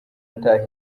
ataha